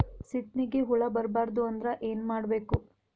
ಸೀತ್ನಿಗೆ ಹುಳ ಬರ್ಬಾರ್ದು ಅಂದ್ರ ಏನ್ ಮಾಡಬೇಕು?